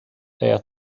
there